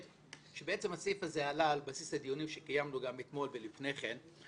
בעצם הסעיף הזה עלה על בסיס הדיונים שקיימנו גם אתמול ולפני כן.